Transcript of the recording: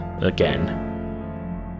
again